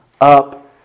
up